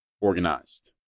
organized